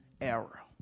error